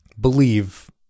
believe